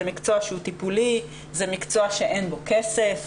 זה מקצוע שהוא טיפולי, זה מקצוע שאין בו כסף,